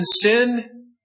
sin